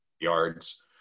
yards